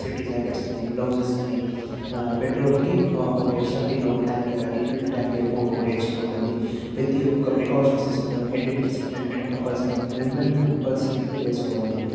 safety jackets కాని blouses కాని petrol కి ఒక ఎక్స్ట్రా టిన్ ఒక ట్యాంక్ రీఫిల్ ట్యాంక్ ఎప్పుడు ఒకటి ఎక్స్ట్రా ఉంటుంది ప్రతి ఒక్క ప్రికాషన్స్ తీసుకుంటాను హెడ్ కు వచ్చేసి హెల్మెట్ కంపల్సరీ హెల్మెట్ కంపల్సరీ గా వేసుకోవాలి